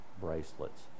bracelets